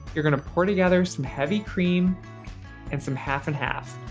you're gonna pour together some heavy cream and some half and half.